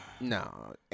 no